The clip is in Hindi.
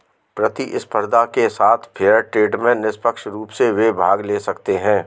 प्रतिस्पर्धा के साथ फेयर ट्रेड में निष्पक्ष रूप से वे भाग ले सकते हैं